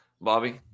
Bobby